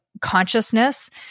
consciousness